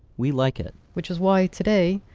we like it. which is why, today,